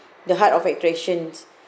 the heart of attractions